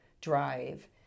drive